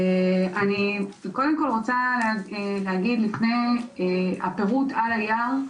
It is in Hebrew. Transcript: אני קודם כל רוצה להגיד לפני הפירוט על הנייר,